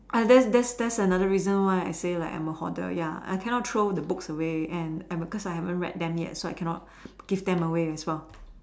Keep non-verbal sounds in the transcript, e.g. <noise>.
ah that that's that's another reason why I say like I'm a hoarder ya I cannot throw the books away and I've cause I haven't read them yet so I cannot <breath> give them away as well